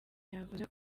yavuze